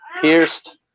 pierced